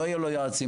לא יהיו לו יועצים,